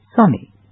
Sunny